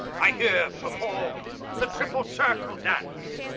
i here perform the triple-circle dance.